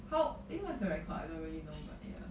how eh what's the record I don't really know but yeah